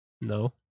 No